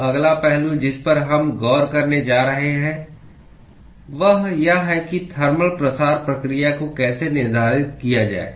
तो अगला पहलू जिस पर हम गौर करने जा रहे हैं वह यह है कि थर्मल प्रसार प्रक्रिया को कैसे निर्धारित किया जाए